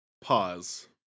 pause